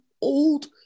old